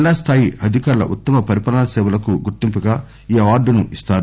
జిల్లాస్థాయి అధికారుల ఉత్తమ పరిపాలనా సేవలకు గుర్తింపుగా ఈ అవార్తును ణస్తారు